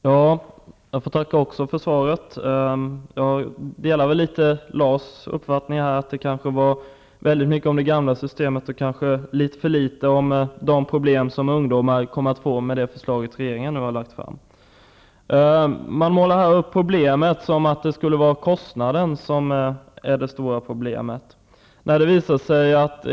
Herr talman! Också jag tackar för svaret. Jag delar Lars Stjernkvists uppfattning att det var mycket om det gamla systemet och för litet om de problem som ungdomar kommer att få med de förslag som regeringen nu har lagt fram. Man målar här upp en situation där kostnaden skulle vara det stora problemet.